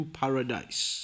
paradise